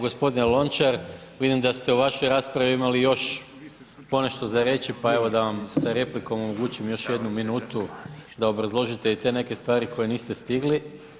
Gospodine Lončar, vidim da ste u vašoj raspravi imali još ponešto za reći, pa evo da vam sa replikom omogućim još jednu minutu da obrazložite i te neke stvari koje niste stigli.